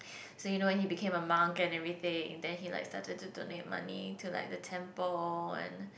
so you know when he became a monk and everything then he like started to donate the money to like the temple and